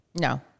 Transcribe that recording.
No